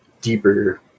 deeper